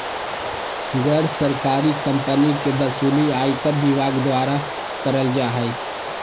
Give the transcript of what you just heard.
गैर सरकारी कम्पनी के वसूली आयकर विभाग द्वारा करल जा हय